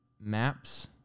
maps